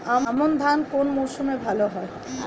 আমন ধান কোন মরশুমে ভাল হয়?